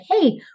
hey